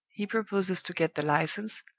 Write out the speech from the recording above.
he proposes to get the license,